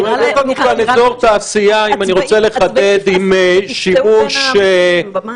נראה לכם שהצבאים יפסעו בין המבנים?